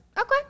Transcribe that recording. Okay